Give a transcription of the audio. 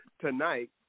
tonight